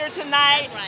tonight